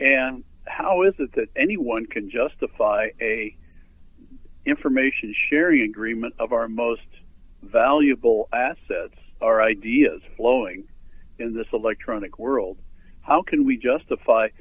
and how is it that anyone can justify a information sharing agreement of our most valuable assets our ideas flowing in this electronic world how can we justify